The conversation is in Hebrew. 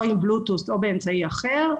או בבלוטוס או באמצעי אחר,